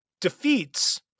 defeats